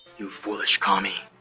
you foolish commie,